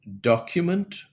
document